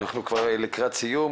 חברים, אנחנו לקראת סיום.